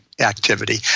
Activity